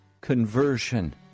conversion